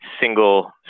single